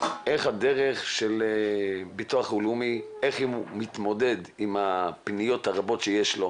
איך הדרך של הביטוח הלאומי להתמודד עם הפניות הרבות שיש לו,